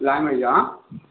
లాంగ్వేజా